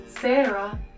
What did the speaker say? Sarah